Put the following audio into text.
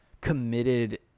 committed